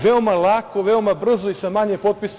Veoma lako, veoma brzo i sa manje potpisa.